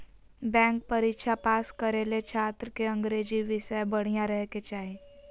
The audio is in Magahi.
बैंक परीक्षा पास करे ले छात्र के अंग्रेजी विषय बढ़िया रहे के चाही